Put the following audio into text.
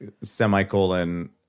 semicolon